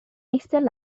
eistedd